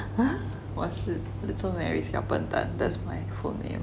ah 我是 little mary 小笨蛋 that's my codename